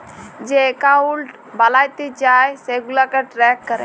যে একাউল্ট বালাতে চায় সেগুলাকে ট্র্যাক ক্যরে